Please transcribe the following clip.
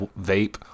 vape